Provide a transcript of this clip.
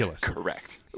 Correct